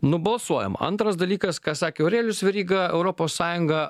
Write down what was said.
nubalsuojama antras dalykas ką sakė aurelijus veryga europos sąjunga